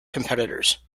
competitors